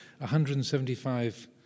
175